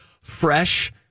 fresh